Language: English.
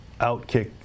OutKick